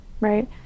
right